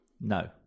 No